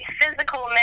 physical